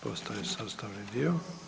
Postaje sastavni dio.